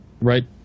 right